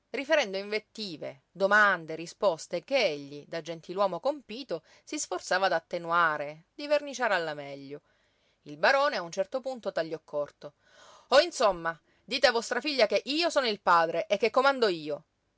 riferendo invettive domande risposte che egli da gentiluomo compito si sforzava d'attenuare di verniciare alla meglio il barone a un certo punto tagliò corto oh insomma dite a vostra figlia che io sono il padre e che comando io